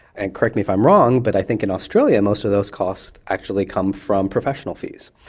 and correct me if i'm wrong but i think in australia most of those costs actually come from professional fees.